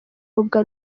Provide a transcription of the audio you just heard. ubwo